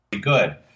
good